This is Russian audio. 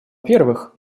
первых